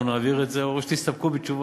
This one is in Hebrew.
אנחנו נעביר את זה, או שתסתפקו בתשובת,